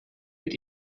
mit